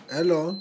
Hello